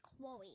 Chloe